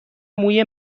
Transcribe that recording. موی